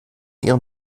ihren